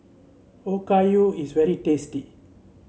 Okayu is very tasty